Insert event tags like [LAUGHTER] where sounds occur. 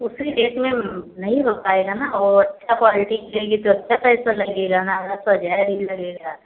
उसी रेट में नहीं हो पाएगा ना और अच्छी क्वालिटी चाहिए तो अच्छा पैसा लगेगा [UNINTELLIGIBLE] लगेगा